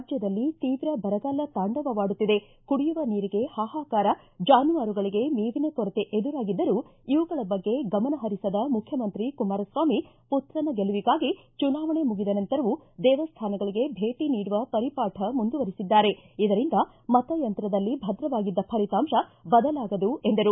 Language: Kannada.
ರಾಜ್ಯದಲ್ಲಿ ತೀವ್ರ ಬರಗಾಲ ತಾಂಡವವಾಡುತ್ತಿದೆ ಕುಡಿಯುವ ನೀರಿಗೆ ಹಾಹಾಕಾರ ಜಾನುವಾರುಗಳಿಗೆ ಮೇವಿನ ಕೊರತೆ ಎದುರಾಗಿದ್ದರೂ ಇವುಗಳ ಬಗ್ಗೆ ಗಮನ ಹರಿಸದ ಮುಖ್ಯಮಂತ್ರಿ ಕುಮಾರಸ್ವಾಮಿ ಪುತ್ರನ ಗೆಲುವಿಗಾಗಿ ಚುನಾವಣೆ ಮುಗಿದ ನಂತರವೂ ದೇವಸ್ಥಾನಗಳಿಗೆ ಭೇಟ ನೀಡುವ ಪರಿಪಾಕ ಮುಂದುವರಿಸಿದ್ದಾರೆ ಇದರಿಂದ ಮತ ಯಂತ್ರದಲ್ಲಿ ಭದ್ರವಾಗಿದ್ದ ಫಲಿತಾಂತ ಬದಲಾಗದು ಎಂದರು